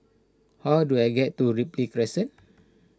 how do I get to Ripley Crescent